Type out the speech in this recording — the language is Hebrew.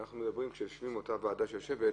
אנחנו מדברים על אותה ועדה שיושבת,